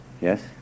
Yes